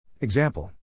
Example